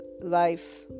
Life